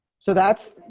so that's,